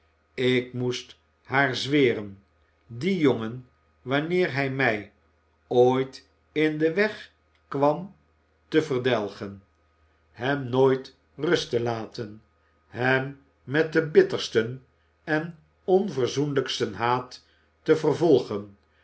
ik moest haar zweren dien jongen wanneer hij mij ooit in den weg kwam te verdelgen hem nooit rust te laten hem met den bittersten en onverzoenlijksten haat te vervolgen